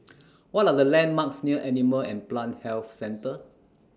What Are The landmarks near Animal and Plant Health Centre